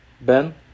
Ben